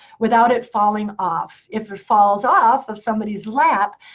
without it falling off. if it falls off of somebody's lap,